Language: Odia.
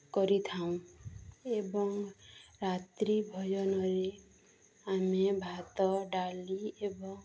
କରିଥାଉ ଏବଂ ରାତ୍ରି ଭୋଜନରେ ଆମେ ଭାତ ଡାଲି ଏବଂ